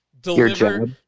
deliver